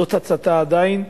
זאת הצתה עדיין,